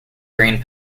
drain